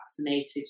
vaccinated